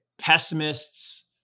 Pessimists